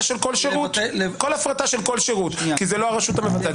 של כל שירות כי זאת לא הרשות המבצעת.